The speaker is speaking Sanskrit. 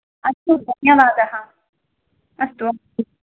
अस्तु धन्यवादः अस्तु अस्तु